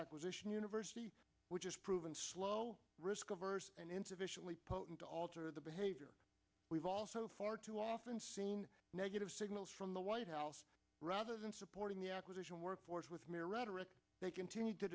acquisition universe which is proven slow risk averse and insufficiently potent to alter the behavior we've also far too often seen negative signals from the white house rather than supporting the acquisition workforce with mere rhetoric they continued to